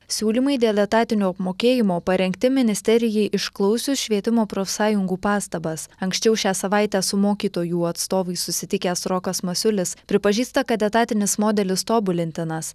siūlymai dėl etatinio apmokėjimo parengti ministerijai išklausius švietimo profsąjungų pastabas anksčiau šią savaitę su mokytojų atstovais susitikęs rokas masiulis pripažįsta kad etatinis modelis tobulintinas